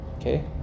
Okay